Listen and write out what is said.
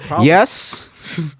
Yes